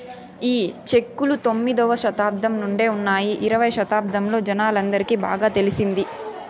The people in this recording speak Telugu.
ఈ చెక్కులు తొమ్మిదవ శతాబ్దం నుండే ఉన్నాయి ఇరవై శతాబ్దంలో జనాలందరికి బాగా తెలిసింది